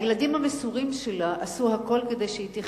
הילדים המסורים שלה עשו הכול כדי שהיא תחיה.